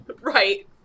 Right